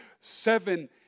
Seven